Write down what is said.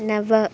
नव